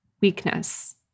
weakness